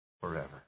forever